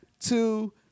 two